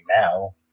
now